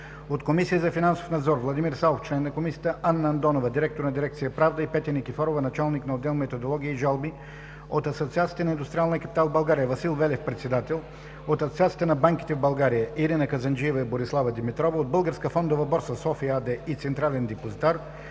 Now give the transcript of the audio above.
от Комисията за финансов надзор: Владимир Савов – член на Комисията, Анна Андонова – директор на дирекция „Правна“, и Петя Никифорова – началник на отдел „Методология и жалби“; от Асоциацията на индустриалния капитал в България: Васил Велев – председател; от Асоциацията на банките в България: Ирина Казанджиева и Борислава Димитрова; от „Българска фондова борса – София“ АД, и „Централен депозитар“